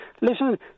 Listen